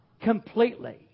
Completely